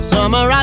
Summer